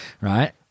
right